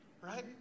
Right